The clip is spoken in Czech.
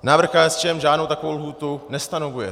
Návrh KSČM žádnou takovou lhůtu nestanovuje.